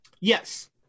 Yes